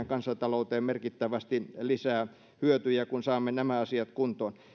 kansantalouteemme merkittävästi lisää hyötyjä kun saamme nämä asiat kuntoon